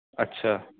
اچھا